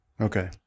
Okay